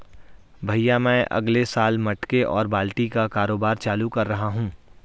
भैया मैं अगले साल मटके और बाल्टी का कारोबार चालू कर रहा हूं